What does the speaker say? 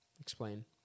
Explain